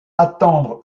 attendre